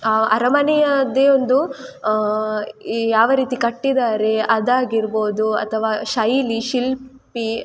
ಆ ಅರಮನೆಯದ್ದೆ ಒಂದು ಈ ಯಾವ ರೀತಿ ಕಟ್ಟಿದ್ದಾರೆ ಅದಾಗಿರ್ಬೋದು ಅಥವಾ ಶೈಲಿ ಶಿಲ್ಪಿ